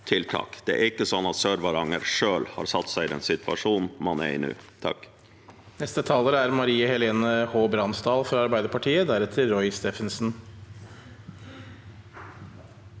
Det er ikke sånn at Sør-Varanger selv har satt seg i den situasjonen man er i nå.